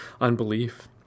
unbelief